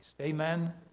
Amen